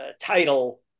title